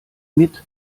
mit